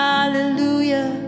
Hallelujah